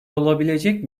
olabilecek